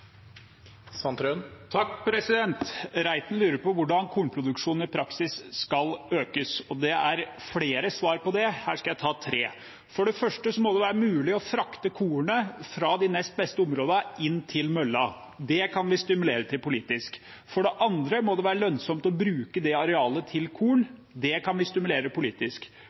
Sandtrøen har hatt ordet to ganger tidligere og får ordet til en kort merknad, begrenset til 1 minutt. Representanten Reiten lurer på hvordan kornproduksjonen i praksis skal økes. Det er flere svar på det, her skal jeg ta tre. For det første må det være mulig å frakte kornet fra de nest beste områdene inn til møllen. Det kan vi stimulere til politisk. For det andre må det være lønnsomt å bruke det arealet til korn. Det